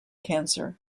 cancer